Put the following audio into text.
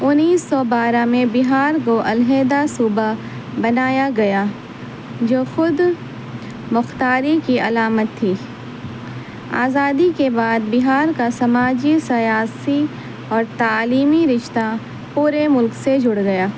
انیس سو بارہ میں بہار کو الحدہ صوبہ بنایا گیا جو خود مختاری کی علامت تھی آزادی کے بعد بہار کا سماجی سیاسی اور تعلیمی رشتہ پورے ملک سے جڑ گیا